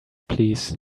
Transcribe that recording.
please